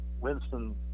Winston